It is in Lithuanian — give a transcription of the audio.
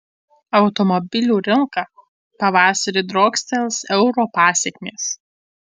automobilių rinka pavasarį driokstels euro pasekmės